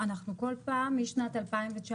בכל פעם, משנת 2019,